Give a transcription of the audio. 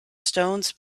stones